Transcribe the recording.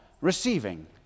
receiving